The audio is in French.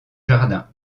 jardins